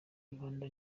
rubanda